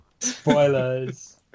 Spoilers